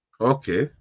Okay